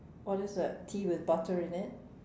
what is that tea with butter in it